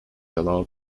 allowed